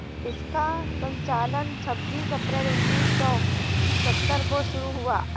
इसका संचालन छब्बीस अप्रैल उन्नीस सौ सत्तर को शुरू हुआ